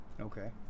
okay